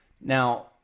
Now